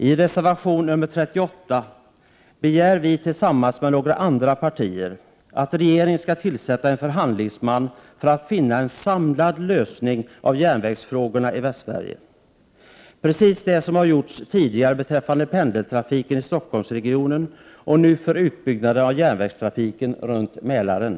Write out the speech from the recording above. I reservation nr 38 av folkpartiet och flertalet övriga partier begär vi reservanter att regeringen tillsätter en förhandlingsman för att man på det sättet skall kunna komma fram till en samlad lösning på järnvägsfrågorna i Västsverige. Det är ju precis vad som har gjorts tidigare beträffande pendeltrafiken i Stockholmsregionen och som nu görs beträffande utbyggnaden av järnvägstrafiken runt Mälaren.